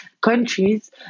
countries